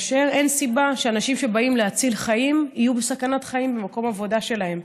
אין סיבה שאנשים שבאים להציל חיים יהיו בסכנת חיים במקום העבודה שלהם,